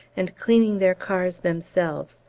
and cleaning their cars themselves,